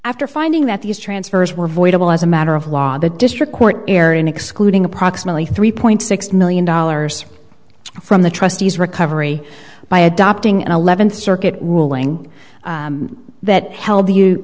after finding that these transfers were voidable as a matter of law the district court err in excluding approximately three point six million dollars from the trustees recovery by adopting an eleventh circuit ruling that hel